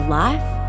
life